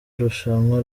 irushanwa